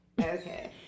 Okay